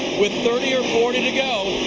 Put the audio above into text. with thirty or forty to go,